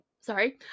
sorry